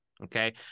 Okay